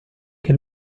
che